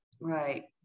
Right